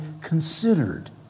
considered